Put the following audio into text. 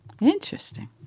interesting